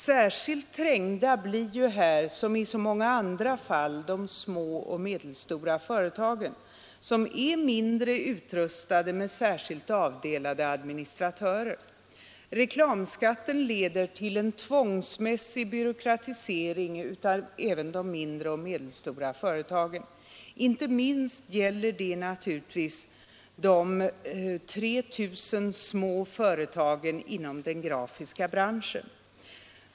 Särskilt trängda blir här som i så många andra fall de små och medelstora företagen som är sämre utrustade med särskilt avdelade administratörer. Reklamskatten leder till en tvångsmässig byråkratisering även av de mindre och medelstora företagen. Inte minst gäller det naturligtvis de 3 000 småföretagen inom den grafiska branschen.